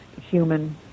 human